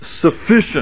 sufficient